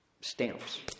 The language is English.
stamps